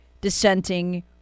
dissenting